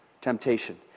temptation